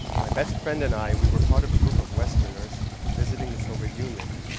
my best friend and i, we were part of a group of westerners, visiting the soviet union.